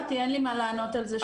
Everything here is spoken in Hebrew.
אין לי מה לענות על זה שוב.